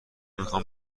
میخوام